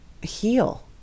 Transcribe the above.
heal